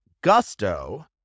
Gusto